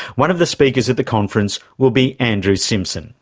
one of the speakers at the conference will be andrew simpson.